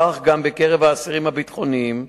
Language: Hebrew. כך גם בקרב האסירים הביטחוניים,